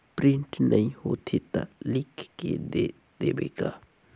Print नइ होथे ता लिख के दे देबे का?